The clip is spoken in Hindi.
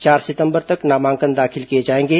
चार सितंबर तक नामांकन दाखिल किए जाएंगे